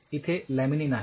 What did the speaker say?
इथे लॅमिनीन आहे